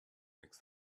makes